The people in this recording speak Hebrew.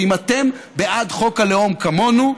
אם אתם בעד חוק הלאום כמונו,